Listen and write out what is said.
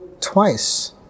twice